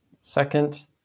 Second